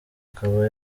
akaba